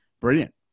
brilliant